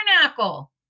tabernacle